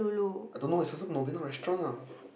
I don't know it's also Novena restaurant ah